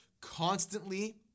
constantly